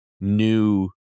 new